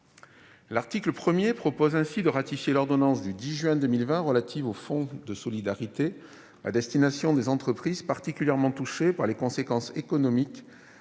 L'article 1 tend ainsi à ratifier l'ordonnance du 10 juin 2020 relative au fonds de solidarité à destination des entreprises particulièrement touchées par les conséquences économiques,